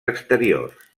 exteriors